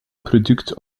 product